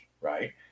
right